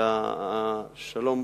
שלום,